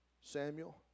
Samuel